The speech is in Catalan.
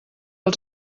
els